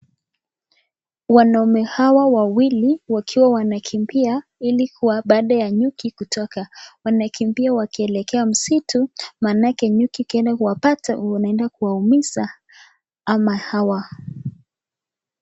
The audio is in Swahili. Wanaume hawa wawili wakiwa wanakimbia hili kuwa baada ya nyuki kutoka wanakimbia wakiekekea msitu manaka nyuki huenda wapate wanaenda kuumiza hawa.